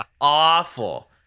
awful